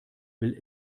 will